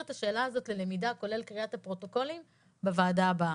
את השאלה הזאת ללמידה כולל קריאת הפרוטוקולים בוועדה הבאה.